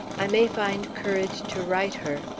i may find courage to write her.